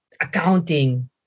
accounting